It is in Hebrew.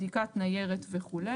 בדיקת ניירת וכו'.